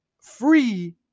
free